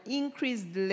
increased